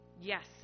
Yes